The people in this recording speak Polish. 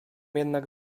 jednak